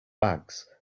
bags